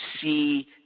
see